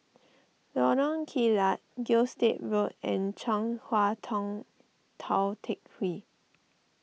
Lorong Kilat Gilstead Road and Chong Hua Tong Tou Teck Hwee